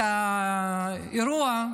את האירוע,